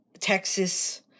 Texas